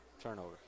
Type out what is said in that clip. turnover